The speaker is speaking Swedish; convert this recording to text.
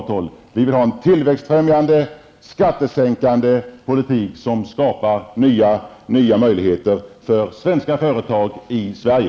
Vi vill i stället ha en tillväxtfrämjande politik, en politik som medger skattesänkningar och som innebär att nya möjligheter skapas för svenska företag i Sverige.